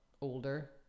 older